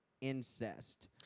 incest